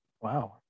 Wow